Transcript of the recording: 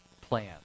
plan